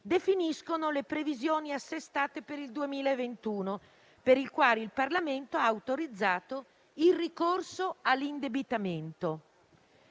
definiscono le previsioni assestate per il 2021 per le quali il Parlamento ha autorizzato il ricorso all'indebitamento.